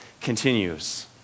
continues